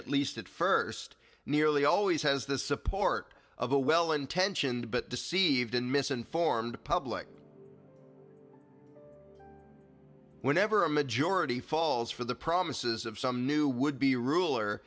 at least at first nearly always has the support of a well intentioned but deceived and misinformed public whenever a majority falls for the promises of some new would be ruler